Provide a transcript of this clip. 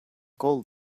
gold